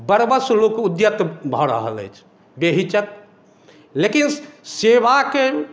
बरबस लोक उद्यत भऽ रहल अछि बेहिचक लेकिन सेवा के